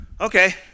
Okay